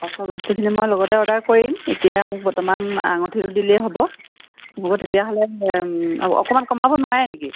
পাছৰ বস্তুখিনি মই লগতে অৰ্ডাৰ কৰিম এতিয়া মোক বৰ্তমান আঙুঠিটো দিলেই হ'ব তেতিয়াহ'লে অঁ অকণমান কমাব নোৱাৰে নেকি